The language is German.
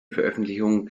veröffentlichung